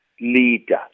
leader